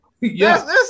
Yes